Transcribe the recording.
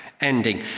ending